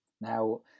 Now